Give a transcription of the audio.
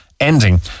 ending